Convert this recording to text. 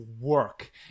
work